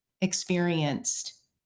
experienced